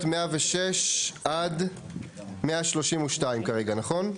ההסתייגויות 106-132 כרגע, נכון?